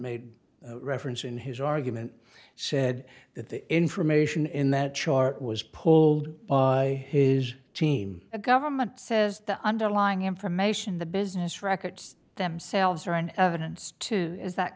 made reference in his argument said that the information in that chart was pulled his team a government says the underlying information the business records themselves are in evidence too is that